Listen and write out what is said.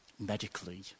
medically